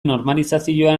normalizazioan